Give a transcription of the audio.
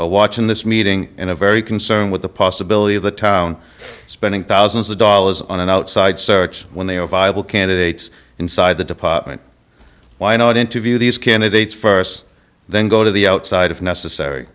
residents watching this meeting in a very concerned with the possibility of the town spending thousands of dollars on an outside search when they are viable candidates inside the department why not interview these candidates st then go to the outside if necessary